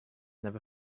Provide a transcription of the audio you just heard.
never